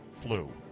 flu